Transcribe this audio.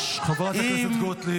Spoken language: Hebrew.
אהוד ברק עשה --- חברת הכנסת גוטליב.